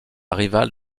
rivale